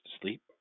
sleep